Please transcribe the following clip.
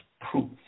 proof